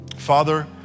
Father